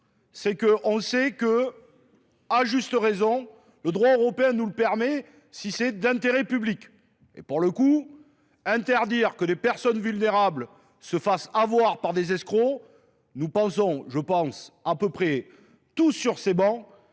c'est qu'on sait que, à juste raison, le droit européen nous le permet si c'est d'intérêt public. Et pour le coup, interdire que des personnes vulnérables se fassent avoir par des escrocs, nous pensons, je pense à peu près, tous sur ces bancs,